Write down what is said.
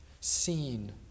seen